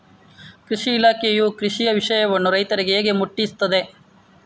ಕೃಷಿ ಇಲಾಖೆಯು ಕೃಷಿಯ ವಿಷಯವನ್ನು ರೈತರಿಗೆ ಹೇಗೆ ಮುಟ್ಟಿಸ್ತದೆ?